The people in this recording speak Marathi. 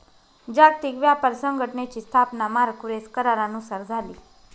जागतिक व्यापार संघटनेची स्थापना मार्क्वेस करारानुसार झाली